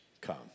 Come